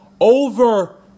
Over